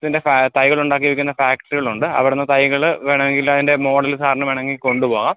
ഇതിൻ്റെ തൈകൾ ഉണ്ടാക്കി വിൽക്കുന്ന ഫാക്ടറികളുണ്ട് അവിടുന്ന് തൈകള് വേണമെങ്കിൽ അതിൻ്റെ മോഡല് സാറിന് വേണമെങ്കിൽ കൊണ്ടുപോകാം